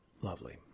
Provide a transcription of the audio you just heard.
lovely